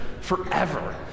forever